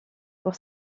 pour